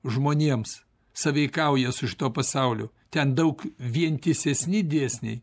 žmonėms sąveikauja su šituo pasauliu ten daug vientisesni dėsniai